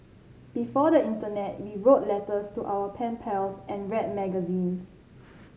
before the internet we wrote letters to our pen pals and read magazines